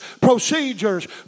procedures